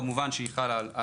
כמובן שהיא חלה על פרקליטים,